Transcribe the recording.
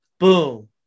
boom